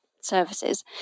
services